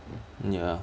mm ya